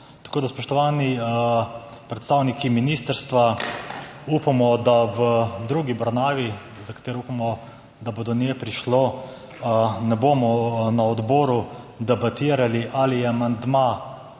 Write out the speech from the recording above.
zakonodajo. Spoštovani predstavniki ministrstva, upamo, da v drugi obravnavi, za katero upamo, da bo do nje prišlo, ne bomo na odboru debatirali, ali je amandma